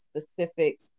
specific